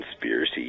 conspiracy